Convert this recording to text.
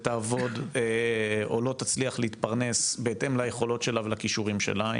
ותעבוד או לא תצליח להתפרנס בהתאם ליכולות שלה ולכישורים שלה,